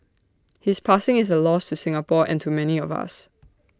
his passing is A loss to Singapore and to many of us